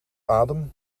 adem